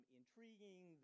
intriguing